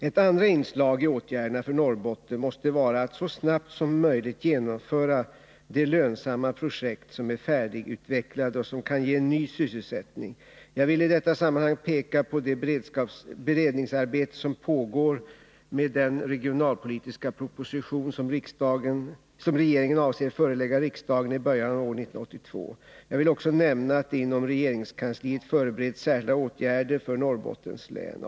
Ett andra inslag i åtgärderna för Norrbotten måste vara att så snabbt som möjligt genomföra de lönsamma projekt som är färdigutvecklade och som kan ge ny sysselsättning. Jag vill i detta sammanhang peka på det beredningsarbete som pågår med den regionalpolitiska proposition som regeringen avser förelägga riksdagen i början av år 1982. Jag vill också nämna att det inom regeringskansliet förbereds särskilda åtgärder för Norrbottens län.